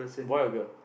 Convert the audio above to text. boy or girl